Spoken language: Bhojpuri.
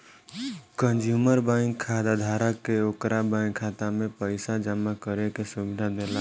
कंज्यूमर बैंक खाताधारक के ओकरा बैंक खाता में पइसा जामा करे के सुविधा देला